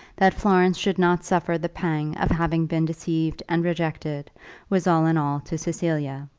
that florence should not suffer the pang of having been deceived and rejected was all in all to cecilia.